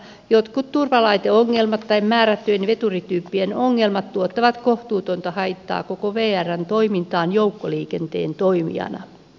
jotkut turvalaiteongelmat tai määrättyjen veturityyppien ongelmat tuottavat kohtuutonta haittaa koko vrn toimintaan joukkoliikenteen toimijana